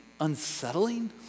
unsettling